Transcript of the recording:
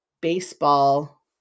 baseball